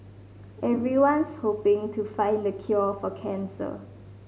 everyone's hoping to find the cure for cancer